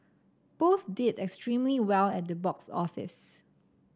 both did extremely well at the box office